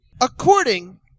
According